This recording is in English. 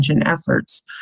efforts